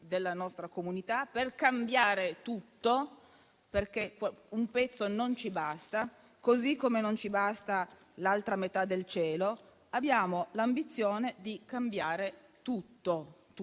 della nostra comunità, per cambiare tutto, perché un pezzo non ci basta, così come non ci basta l'altra metà del cielo. Abbiamo l'ambizione di cambiare tutto